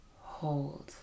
Hold